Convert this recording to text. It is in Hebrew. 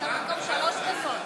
הנמקה מהמקום, שלוש דקות.